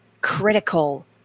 critical